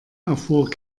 erfuhr